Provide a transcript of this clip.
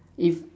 if